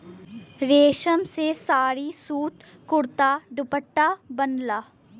रेशम से साड़ी, सूट, कुरता, दुपट्टा बनला